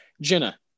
Jenna